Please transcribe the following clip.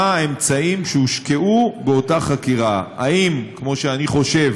מה האמצעים שהושקעו באותה חקירה: האם כמו שאני חושב